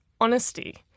honesty